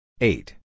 Eight